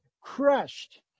crushed